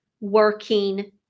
working